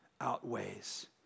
outweighs